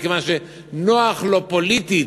מכיוון שנוח לו פוליטית,